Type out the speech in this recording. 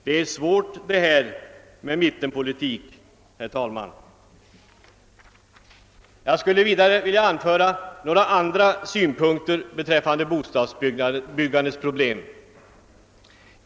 Det är svårt det här med mittenpolitik! Sedan vill jag anföra några andra synpunkter beträffande bostadsbyggandets problem.